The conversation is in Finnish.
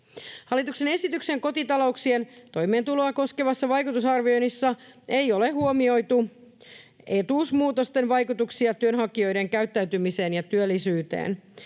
Hallituksen esityksen kotitalouksien toimeentuloa koskevassa vaikutusarvioinnissa ei ole huomioitu etuusmuutosten vaikutuksia työnhakijoiden käyttäytymiseen ja työllisyyteen.